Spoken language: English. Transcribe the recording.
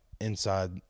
inside